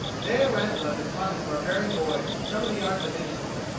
there radcliff had taught his barbarian boys some of the arts of industry.